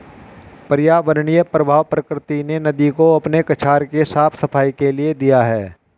पर्यावरणीय प्रवाह प्रकृति ने नदी को अपने कछार के साफ़ सफाई के लिए दिया है